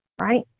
right